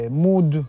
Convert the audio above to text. mood